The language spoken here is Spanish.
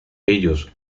ellos